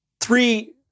three